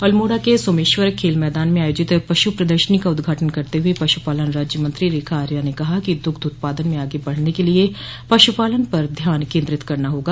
अल्मोड़ा के सोमेश्वर खेल मैदान में आयोजित पश् प्रदर्शनी उद्घाटन करते हुए पश्पालन राज्य मंत्री रेखा आर्या ने कहा कि दुग्ध उत्पादन में आगे बढ़ने के लिए पशुपालन पर ध्यान केंद्रित करना होगा